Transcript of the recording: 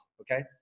okay